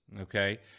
Okay